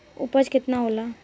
उपज केतना होला?